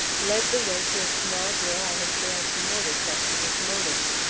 led the way to a small door i had failed to notice up to this moment.